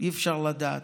אי-אפשר לדעת.